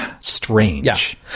strange